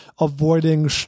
avoiding